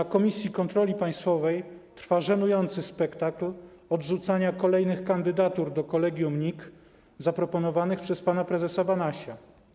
W Komisji do Spraw Kontroli Państwowej trwa żenujący spektakl odrzucania kolejnych kandydatur do kolegium NIK zaproponowanych przez pana prezesa Banasia.